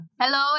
Hello